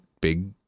big